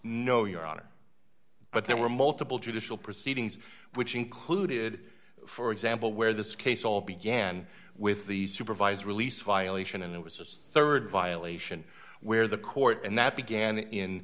no your honor but there were multiple judicial proceedings which included for example where this case all began with the supervised release violation and it was just rd violation where the court and that began in